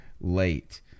late –